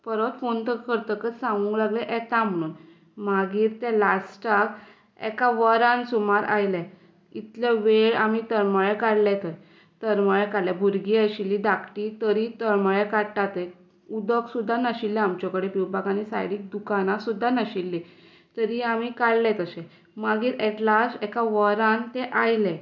परत फोन तो करतकच सांगूंक लागले येता म्हणून मागीर ते लास्टाक एका वरान सुमार आयले इतलो वेळ आमी तळमळे काडले थंय तरमळे काडले भुरगीं आशिल्लीं धाकटीं तरीय तळमळे काडटा थंय उदक सुद्दां नाशिल्लें आमचे कडेन पिवपाक आनी सायडीक दुकानां सुद्दां नाशिल्लीं तरीय आमी काडले तशे मागीर एट लास्ट एका वरान ते आयले